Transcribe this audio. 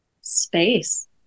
space